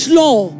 law